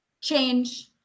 change